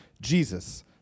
Jesus